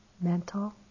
mental